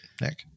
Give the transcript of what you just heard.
Nick